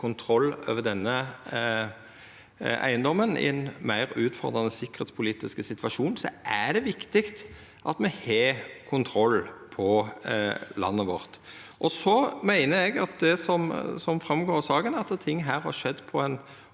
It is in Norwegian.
kontroll over denne eigedomen. I ein meir utfordrande sikkerheitspolitisk situasjon er det viktig at me har kontroll på landet vårt. Eg meiner, som det går fram av saka, at ting her har skjedd på ein